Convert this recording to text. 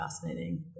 fascinating